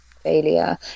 failure